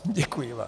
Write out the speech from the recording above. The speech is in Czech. Děkuji vám.